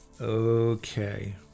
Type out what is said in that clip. okay